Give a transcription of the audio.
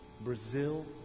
Brazil